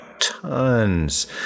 tons